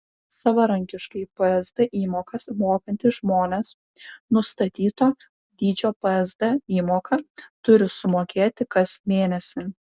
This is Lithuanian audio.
savarankiškai psd įmokas mokantys žmonės nustatyto dydžio psd įmoką turi sumokėti kas mėnesį